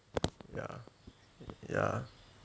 ya ya